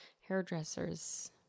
hairdressers